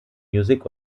music